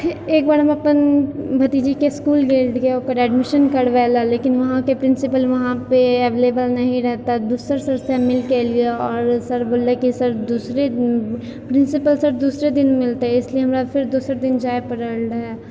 एक बार हम अपन भतीजीके इसकुल गेल रहियै ओकर एडमिशन करबय लए लेकिन वहाँपर प्रिन्सिपल वहाँ पर एवलेबल नहि रहय तऽ दोसर सरसँ मिलके अयलियै आओर सर बोललय कि सर दूसरे प्रिन्सिपल सर दूसरे दिन मिलतय इसलिये हमरा फेर दोसर दिन जाय पड़ल रहय